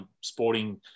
sporting